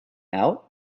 out